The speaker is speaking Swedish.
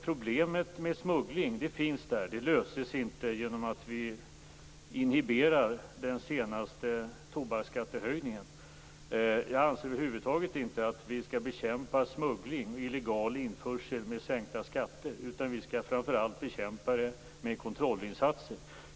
Problemet med smuggling finns, och det löses inte genom att vi inhiberar den senaste tobaksskattehöjningen. Jag anser över huvud taget inte att vi skall bekämpa smuggling och illegal införsel med sänkta skatter, utan vi skall framför allt bekämpa den med kontrollinsatser.